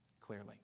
clearly